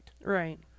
right